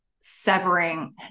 severing